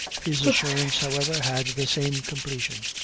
his assurance, however, had the same completion,